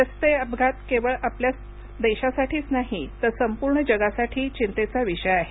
रस्ते अपघात केवळ आपल्याच देशासाठी नाही तर संपूर्ण जगासाठी चिंतेचा विषय आहे